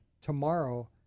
tomorrow